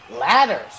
ladders